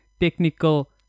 technical